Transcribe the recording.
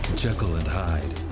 jekyll and hyde,